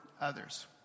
others